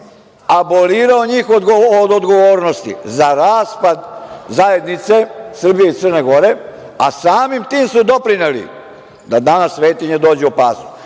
abolirao njih od odgovornosti za raspad zajednice Srbije i Crne Gore, a samim tim su doprineli da danas svetinje dođu u opasnost.